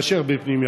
יותר מאשר בפנימייה.